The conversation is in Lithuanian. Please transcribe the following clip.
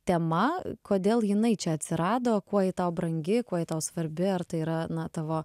tema kodėl jinai čia atsirado kuo ji tau brangi kuo ji tau svarbi ar tai yra na tavo